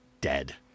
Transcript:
dead